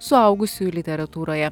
suaugusiųjų literatūroje